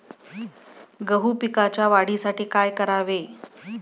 गहू पिकाच्या वाढीसाठी काय करावे?